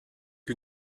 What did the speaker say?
que